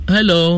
Hello